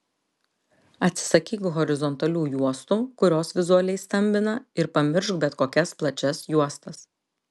atsisakyk horizontalių juostų kurios vizualiai stambina ir pamiršk bet kokias plačias juostas